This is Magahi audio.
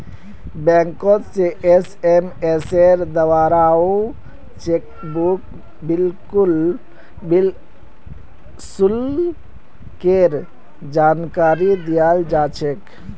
बैंकोत से एसएमएसेर द्वाराओ चेकबुक शुल्केर जानकारी दयाल जा छेक